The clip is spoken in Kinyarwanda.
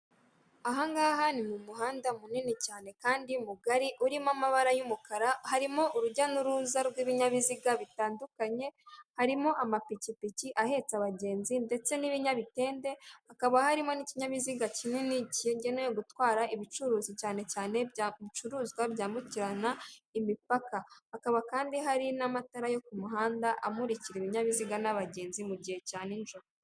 Ahangaha ni mu muhanda munini cyane kandi mugari urimo amabara y'umukara harimo urujya n'uruza rw'ibinyabiziga bitandukanye harimo amapikipiki ahetse abagenzi ndetse n'ibinyabitende hakaba harimo n'ikinyabiziga kinini kigenewe gutwara ibicuruzwa cyane cyane bicuruzwa byambukirana imipaka hakaba kandi hari n'amatara yo ku muhanda amurikira ibinyabiziga n'abagenzi mu gihe cya nijoro .